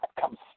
come